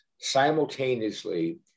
simultaneously